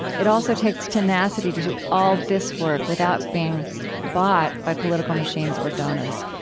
it also takes tenacity to do all this work without being bought by political machines or donors.